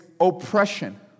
oppression